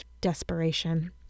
desperation